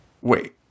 Wait